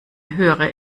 höhere